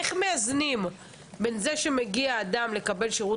ואיך מאזנים בין זה שמגיע אדם לקבל שירות